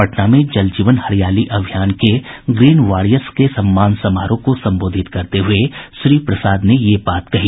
पटना में जल जीवन हरियाली अभियान के ग्रीन वॉरियर्स के सम्मान समारोह को संबोधित करते हये श्री प्रसाद ने ये बात कही